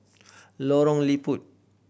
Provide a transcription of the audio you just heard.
Lorong Liput